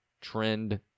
trend